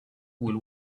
will